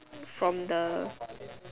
from the